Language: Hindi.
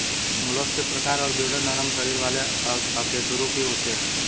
मोलस्क के प्रकार और विवरण नरम शरीर वाले अकशेरूकीय होते हैं